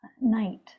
night